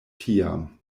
tiam